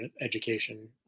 education